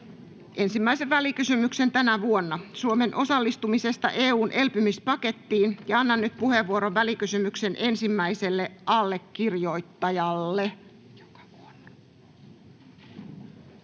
tehneet välikysymyksen VK 1/2021 vp Suomen osallistumisesta EU:n elpymispakettiin. Annan nyt puheenvuoron välikysymyksen ensimmäiselle allekirjoittajalle.